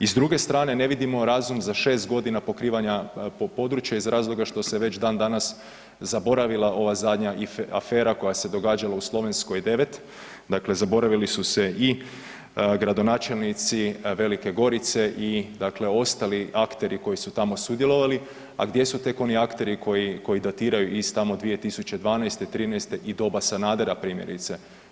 I s druge strane, ne vidimo razum za 6.g. pokrivanja po područja iz razloga što se već dan danas zaboravila ova zadnja afera koja se događala u Slovenskoj 9, dakle zaboravili su se i gradonačelnici Velike Gorice i dakle ostali akteri koji su tamo sudjelovali, a gdje su tek oni akteri koji, koji dotiraju iz tamo 2012., '13. i doba Sanadera primjerice.